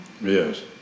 Yes